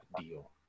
deal